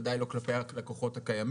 וודאי לא כלפיי הלקוחות הקיימים.